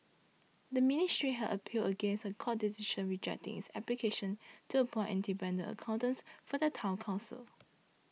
the ministry had appealed against a court decision rejecting its application to appoint independent accountants for the Town Council